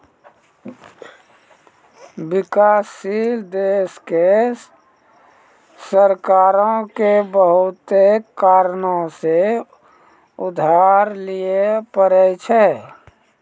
विकासशील देशो के सरकारो के बहुते कारणो से उधार लिये पढ़ै छै